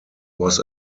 was